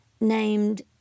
named